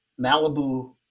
Malibu